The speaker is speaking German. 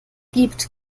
gibt